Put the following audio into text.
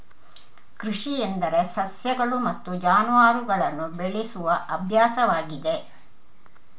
ಕೃಷಿ ಎಂದರೆ ಸಸ್ಯಗಳು ಮತ್ತು ಜಾನುವಾರುಗಳನ್ನು ಬೆಳೆಸುವ ಅಭ್ಯಾಸವಾಗಿದೆ